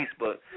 Facebook